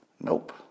Nope